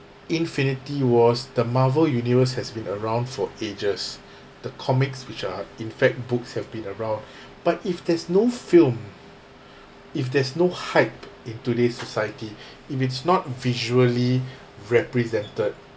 infinity wars the marvel universe has been around for ages the comics which are in fact books have been around but if there's no film if there's no hype in today's society if it's not visually represented